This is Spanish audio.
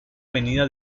venida